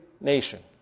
nation